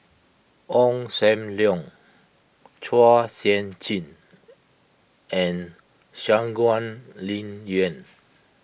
Ong Sam Leong Chua Sian Chin and Shangguan Liuyun